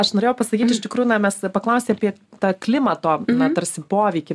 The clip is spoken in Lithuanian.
aš norėjau pasakyt iš tikrųjų na mes paklausei apie tą klimato na tarsi poveikį